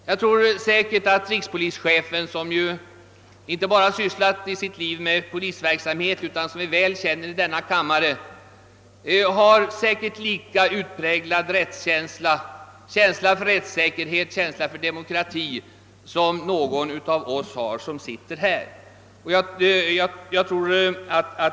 Jag tror säkert att rikspolischefen som ju i sitt liv inte bara sysslat med polisverksamhet — vi känner honom väl i denna kammare — har en lika utpräglad rättskänsla och känsla för rättssäkerhet och för demokrati som någon av oss som sitter här.